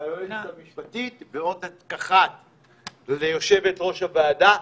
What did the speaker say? ליועצת המשפטית של הוועדה ועותק אחד ליושבת-ראש הוועדה.